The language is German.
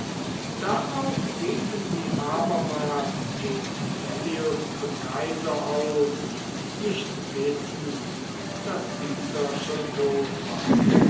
darauf riefen sie abermals den vitellius zum kaiser aus nicht wissend daß dieser schon tot war